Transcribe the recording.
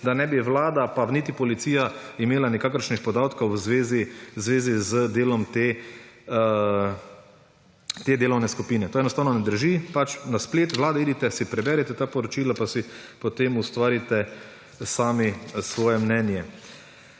da ne bi Vlada pa niti policija imeli nikakršnih podatkov v zvezi z delom te delovne skupine. To enostavno ne drži. Pojdite na splet Vlade, preberite si ta poročila pa si potem ustvarite sami svoje mnenje.